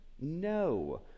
No